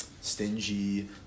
stingy